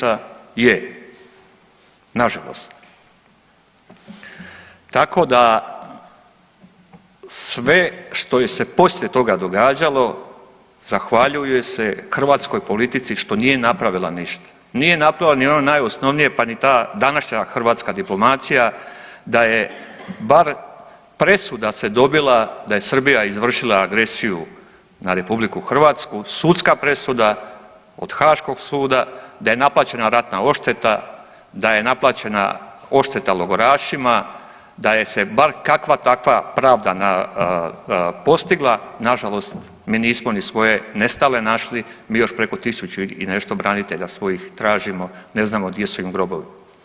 Tako da sve što je se poslije toga događalo zahvaljuje se hrvatskoj politici što nije napravila ništa, nije napravila ni ono najosnovnije, pa ni ta današnja hrvatska diplomacija da je bar presuda se dobila da je Srbija izvršila agresiju na RH, sudska presuda od Haškog suda, da je naplaćena ratna odšteta, da je naplaćena odšteta logorašima, da je se bar kakva takva pravda postigla, nažalost mi nismo ni svoje nestale našli, mi još preko tisuću i nešto branitelja svojih tražimo, ne znamo gdje su im grobovi.